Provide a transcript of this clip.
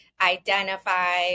identify